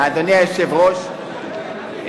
אדוני היושב-ראש,